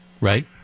right